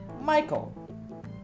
Michael